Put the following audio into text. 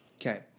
Okay